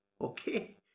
Okay